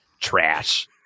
trash